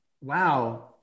wow